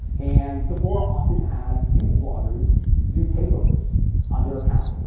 and sephora often has beauty bloggers do takeovers on their account.